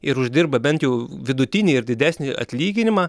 ir uždirba bent jau vidutinį ir didesnį atlyginimą